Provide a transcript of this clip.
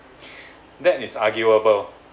that is arguable